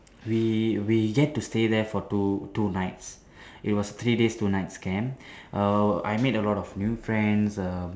we we get to stay there for two two nights it was three days two nights camp uh I made a lot of new friends um